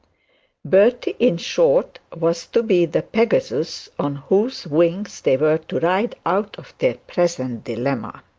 bertie, in short, was to be the pegasus on whose wings they were to ride out of their present dilemma.